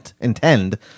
intend